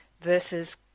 versus